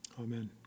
Amen